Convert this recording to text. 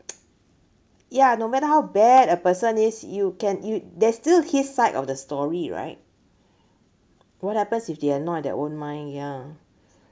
ya no matter how bad a person is you can you there's still his side of the story right what happens if they are not their own mind ya